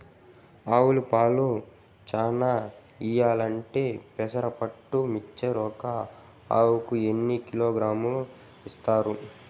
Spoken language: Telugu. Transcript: ఆవులు పాలు చానా ఇయ్యాలంటే పెసర పొట్టు మిక్చర్ ఒక ఆవుకు ఎన్ని కిలోగ్రామ్స్ ఇస్తారు?